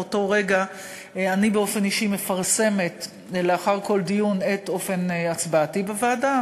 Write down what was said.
מאותו רגע אני באופן אישי מפרסמת לאחר כל דיון את אופן הצבעתי בוועדה,